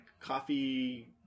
coffee